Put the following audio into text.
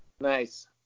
Nice